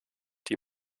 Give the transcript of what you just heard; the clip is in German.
die